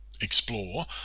explore